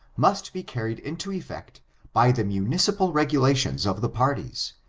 must be carried into efiect by the municipal regulations of the parties,